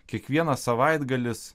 kiekvienas savaitgalis